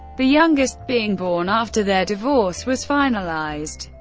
the youngest being born after their divorce was finalized.